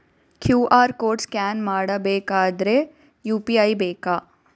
QR code scan ಮಾಡಬೇಕಾದರೆ UPI ಬೇಕಾ?